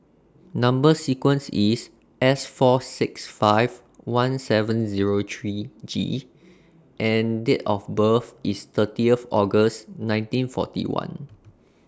Number sequence IS S four six five one seven Zero three G and Date of birth IS thirtieth August nineteen forty one